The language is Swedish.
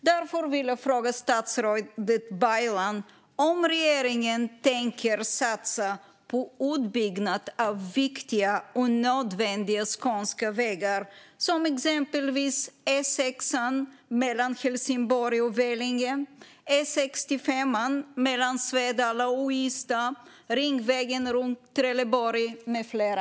Därför vill jag fråga statsrådet Baylan om regeringen tänker satsa på utbyggnad av viktiga och nödvändiga skånska vägar som exempelvis E6:an mellan Helsingborg och Vellinge, E65:an mellan Svedala och Ystad, ringvägen runt Trelleborg med flera.